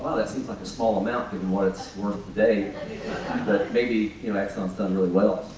wow, that seems like a small amount given what it's worth today. but maybe, you know, exxon's done really well,